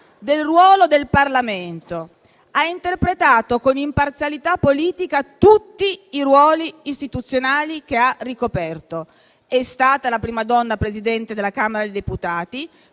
del ruolo del Parlamento. Ha interpretato con imparzialità politica tutti i ruoli istituzionali che ha ricoperto. È stata la prima donna Presidente della Camera dei deputati;